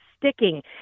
sticking